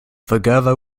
together